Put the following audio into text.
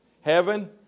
Heaven